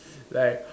like